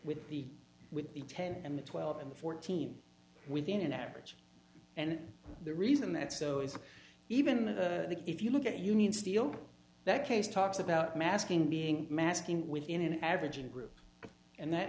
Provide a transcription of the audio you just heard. with the with the ten and the twelve and fourteen within an average and the reason that so is even the if you look at union steel that case talks about masking being masking within an average and group and that